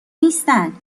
نیستن